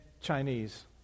Chinese